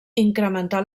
incrementar